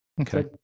okay